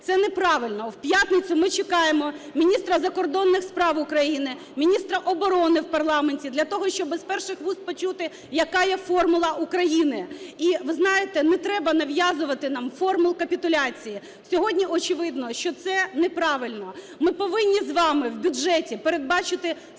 це неправильно. У п'ятницю ми чекаємо міністра закордонних справ України, міністра оборони в парламенті для того, щоб з перших вуст почути, яка є "формула України". І, ви знаєте, не треба нав'язувати нам формул капітуляції, сьогодні очевидно, що це неправильно. Ми повинні з вами в бюджеті передбачити серйозне